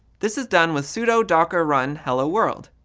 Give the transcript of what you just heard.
this is done with sudo docker run hello-world.